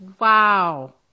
Wow